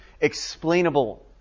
explainable